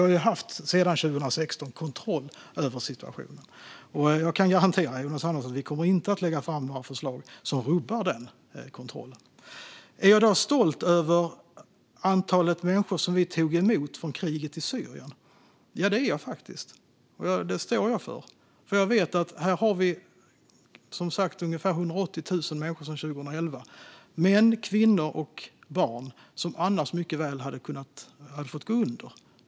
Sedan 2016 har vi ju haft kontroll över situationen, och jag kan garantera Jonas Andersson att vi inte kommer att lägga fram några förslag som rubbar den kontrollen. Är jag då stolt över antalet människor som vi tog emot från kriget i Syrien? Ja, det är jag faktiskt, och det står jag för. Här har vi ungefär 180 000 människor sedan 2011 - män, kvinnor och barn - som annars mycket väl hade kunnat gå under.